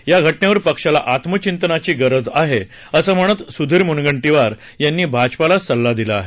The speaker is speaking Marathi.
या घटनेवर पक्षाला आत्मचिंतनाची गरज आहे असं म्हणत सुधीर मुनगंटीवार यांनी भाजपालाच सल्ला दिला आहे